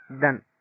done